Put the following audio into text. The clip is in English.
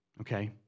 okay